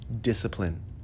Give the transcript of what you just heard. discipline